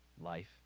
life